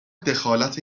دخالت